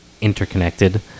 interconnected